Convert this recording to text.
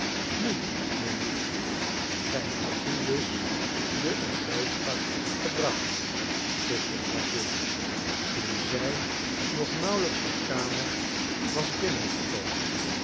nu melieve gij hebt hun dus den olijftak gebracht vroeg de gravin toen zij nog nauwelijks de kamer was binnen